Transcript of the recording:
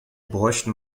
bräuchten